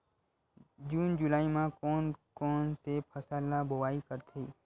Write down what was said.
जून जुलाई म कोन कौन से फसल ल बोआई करथे?